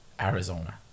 Arizona